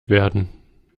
werden